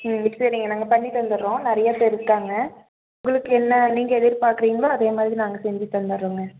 ம் சரிங்க நாங்கள் பண்ணி தந்துடறோம் நிறைய பேர் இருக்காங்க உங்களுக்கு என்ன நீங்கள் எதிர்பார்க்குறிங்களோ அதே மாதிரி நாங்கள் செஞ்சு தந்துடறோங்க